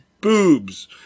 boobs